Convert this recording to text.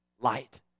light